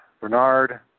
Bernard